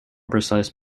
precise